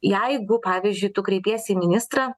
jeigu pavyzdžiui tu kreipiesi į ministrą